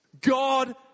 God